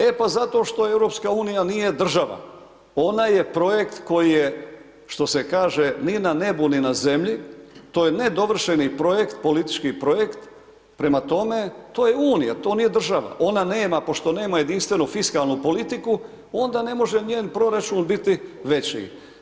E pa zato što Europska unija nije država, ona je projekt koji je, što se kaže, ni na nebu, ni na zemlji, to je nedovršeni projekt, politički projekt, prema tome to je Unija, to nije država, ona nema, pošto nema jedinstveno fiskalnu politiku, onda ne može ni njen proračun biti veći.